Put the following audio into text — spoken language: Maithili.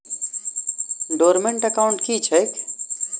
डोर्मेंट एकाउंट की छैक?